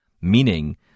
meaning